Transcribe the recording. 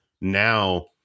now